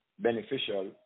beneficial